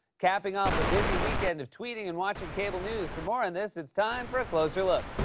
capping off a busy weekend of tweeting and watching cable news. for more on this, it's time for a closer look.